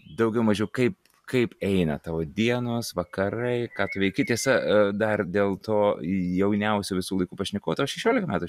daugiau mažiau kaip kaip eina tavo dienos vakarai ką veiki tiesa dar dėl to jauniausio visų laikų pašnekovo tau šešiolika metų